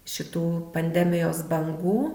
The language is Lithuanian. šitų pandemijos bangų